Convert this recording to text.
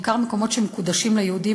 בעיקר מקומות שמקודשים ליהודים,